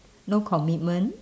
no commitment